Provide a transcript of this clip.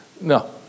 no